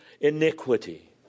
iniquity